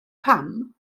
pam